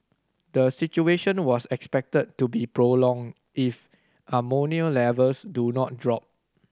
the situation was expected to be prolonged if ammonia levels do not drop